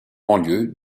banlieue